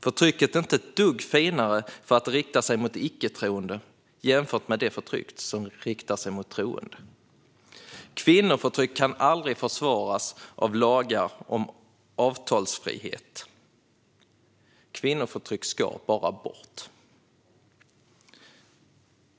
Förtrycket som riktar sig mot icke troende är inte ett dugg finare än det förtryck som riktar sig mot troende. Kvinnoförtryck kan aldrig försvaras av lagar om avtalsfrihet. Kvinnoförtryck ska bara bort.